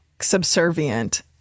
subservient